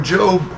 Job